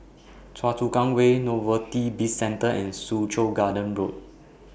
Choa Chu Kang Way Novelty Bizcentre and Soo Chow Garden Road